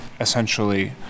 essentially